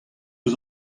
eus